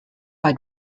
bei